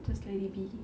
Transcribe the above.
just let it be